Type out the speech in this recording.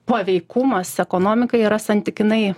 paveikumas ekonomikai yra santykinai